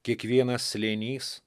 kiekvienas slėnys